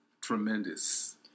tremendous